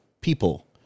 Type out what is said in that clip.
people